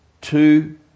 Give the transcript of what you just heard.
two